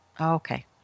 Okay